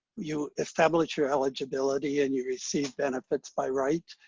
you establish your eligibility and you receive benefits by right.